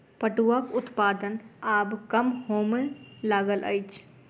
पटुआक उत्पादन आब कम होमय लागल अछि